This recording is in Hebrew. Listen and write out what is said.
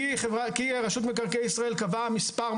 כי הרשות למקרקעי ישראל קבעה מספר,